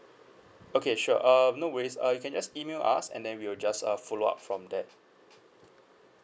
okay sure uh no worries uh you can just email us and then we will just uh follow up from there